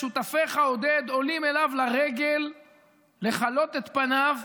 שותפיך, עודד, עולים אליו לרגל לחלות את פניו.